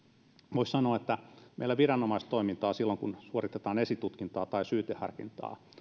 voisi sanoa että meillä viranomaistoimintaa silloin kun suoritetaan esitutkintaa tai syyteharkintaa